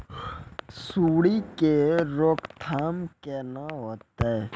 सुंडी के रोकथाम केना होतै?